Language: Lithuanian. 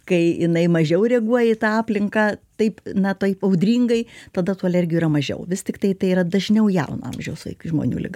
kai jinai mažiau reaguoja į tą aplinką taip na taip audringai tada tų alergijų yra mažiau vis tiktai tai yra dažniau jauno amžiaus žmonių liga